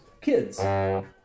Kids